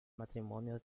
matrimonio